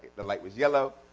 the light was yellow.